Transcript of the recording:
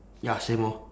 ya same orh